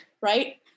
right